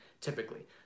typically